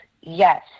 Yes